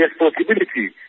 responsibility